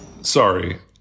Sorry